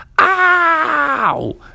Ow